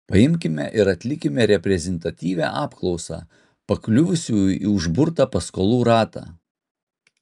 paimkime ir atlikime reprezentatyvią apklausą pakliuvusių į užburtą paskolų ratą